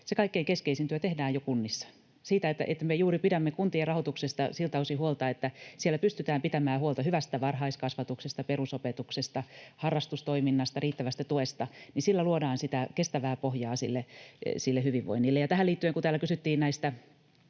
se kaikkein keskeisin työ tehdään jo kunnissa siten, että me juuri pidämme kuntien rahoituksesta siltä osin huolta, että siellä pystytään pitämään huolta hyvästä varhaiskasvatuksesta, perusopetuksesta, harrastustoiminnasta, riittävästä tuesta. Sillä luodaan sitä kestävää pohjaa sille hyvinvoinnille. Tähän liittyen, kun täällä kysyttiin tästä